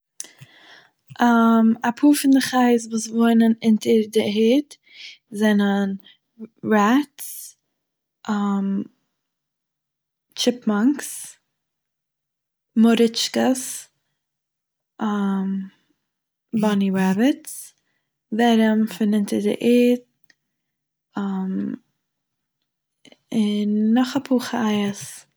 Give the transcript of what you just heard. אפאהר פון די חיות וואס וואוינען אוטנער די ערד זענען ראטס, טשיפמאנקס, מארעטשקעס, באני ראביטס, ווערעם פון אונטער די ערד, מ...- נאך א פאהר חיות.